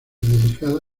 dedicada